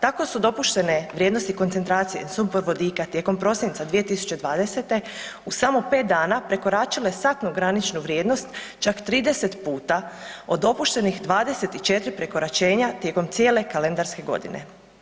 Tako su dopuštene vrijednosti koncentracije sumporovodika tijekom prosinca 2020. u samo 5 dana prekoračile satnu graničnu vrijednost čak 30 puta od dopuštenih 24 prekoračenja tijekom cijele kalendarske godine.